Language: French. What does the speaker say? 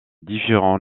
différents